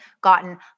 gotten